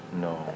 No